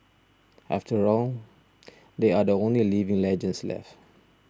after all they are the only living legends left